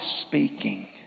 speaking